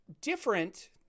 different